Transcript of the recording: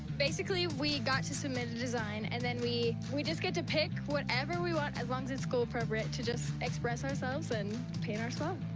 basically, we got to submit a design and then we we just get to pick whatever we want, as long as it's school appropriate, to just express ourselves and paint our spot.